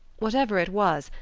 whatever it was,